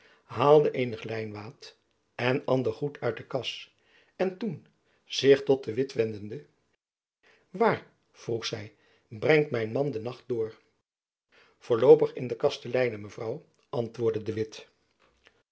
haalde eenig lijnwaad en ander goed uit de kas en toen zich tot de witt wendende waar vroeg zy brengt mijn man de nacht door voorloopig in de kastelenye mevrouw antwoordde de witt